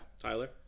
Tyler